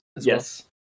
Yes